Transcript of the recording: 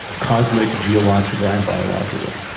cosmic, geological, and biological.